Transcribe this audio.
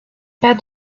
pas